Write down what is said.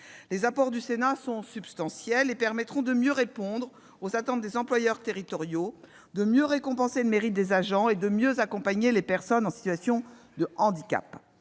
Les apports du Sénat, substantiels, permettront de mieux répondre aux attentes des employeurs territoriaux, de mieux récompenser le mérite des agents et de mieux accompagner les personnes en situation de handicap.